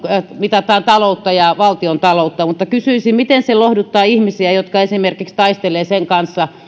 mitataan taloutta ja valtiontaloutta mutta kysyisin miten se lohduttaa ihmisiä jotka esimerkiksi taistelevat sen kanssa